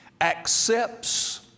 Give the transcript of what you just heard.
accepts